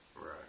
Right